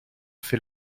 fait